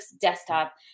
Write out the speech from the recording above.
desktop